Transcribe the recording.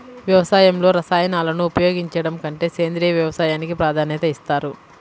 వ్యవసాయంలో రసాయనాలను ఉపయోగించడం కంటే సేంద్రియ వ్యవసాయానికి ప్రాధాన్యత ఇస్తారు